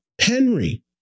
Henry